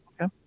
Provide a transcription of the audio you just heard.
okay